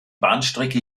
bahnstrecke